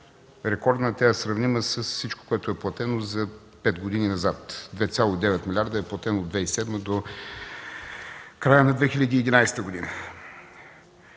рекордна, тя е сравнима с всичко, което е платено за пет години назад – 2,9 милиарда е платено в 2007 до края на 2011 г.